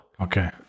Okay